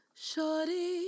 Shorty